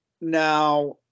Now